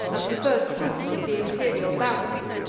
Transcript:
as the first-fruits of the imperial bounty.